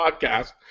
podcast